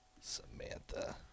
Samantha